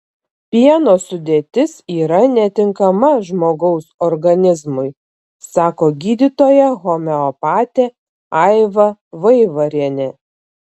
pieno sudėtis yra netinkama žmogaus organizmui sako gydytoja homeopatė aiva vaivarienė